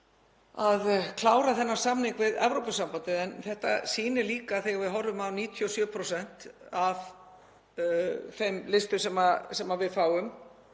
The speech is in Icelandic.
að klára þennan samning við Evrópusambandið. En þetta sýnir líka að þegar við horfum á 97% af þeim listum sem við fáum,